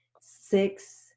six